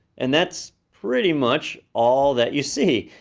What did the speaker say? and that's pretty much all that you see.